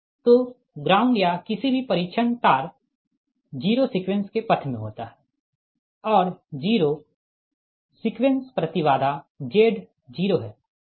तो ग्राउंड या किसी भी परिरक्षण तार जीरो सीक्वेंस के पथ में होता है और जीरो सीक्वेंस प्रति बाधा Z0 है ठीक